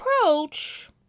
approach